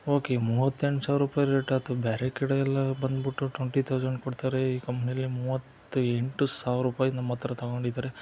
okay ಮೂವತ್ತೆಂಟು ಸಾವಿರ ರೂಪಾಯಿ ರೇಟ್ ಆತು ಬೇರೆ ಕಡೆ ಎಲ್ಲ ಬಂದ್ಬಿಟ್ಟು ಟ್ವಂಟಿ ತೌಸೆಂಡ್ ಕೊಡ್ತಾರೆ ಈ ಕಂಪ್ನೀಲಿ ಮೂವತ್ತ ಎಂಟು ಸಾವಿರ ರೂಪಾಯಿ ನಮ್ಮ ಹತ್ರ ತಗೊಂಡಿದ್ದಾರೆ